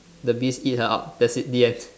the beast eat her up that's it the end